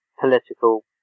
political